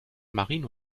marino